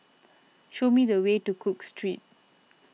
show me the way to Cook Street